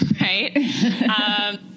right